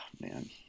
man